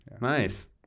Nice